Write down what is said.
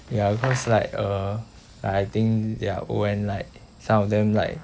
ya cause like uh I think they are old and like some of them like